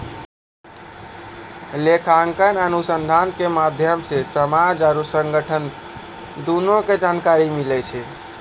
लेखांकन अनुसन्धान के माध्यम से समाज आरु संगठन दुनू के जानकारी मिलै छै